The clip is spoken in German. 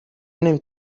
nimmt